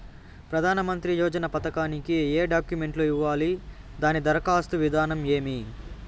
ప్రధానమంత్రి యోజన పథకానికి ఏ డాక్యుమెంట్లు ఇవ్వాలి దాని దరఖాస్తు విధానం ఏమి